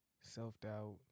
self-doubt